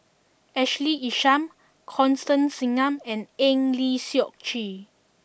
Ashley Isham Constance Singam and Eng Lee Seok Chee